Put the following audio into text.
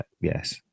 Yes